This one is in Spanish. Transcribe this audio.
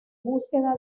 búsqueda